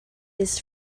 his